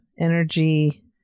energy